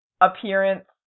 appearance